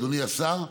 אדוני השר,